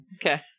Okay